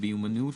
במיומנות,